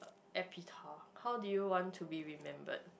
uh how do you want to be remembered